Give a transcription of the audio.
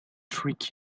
trick